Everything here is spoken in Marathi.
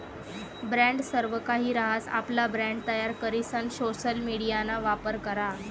ब्रॅण्ड सर्वकाहि रहास, आपला ब्रँड तयार करीसन सोशल मिडियाना वापर करा